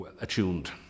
attuned